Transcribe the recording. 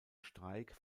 streik